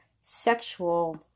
sexual